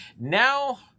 Now